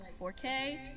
4K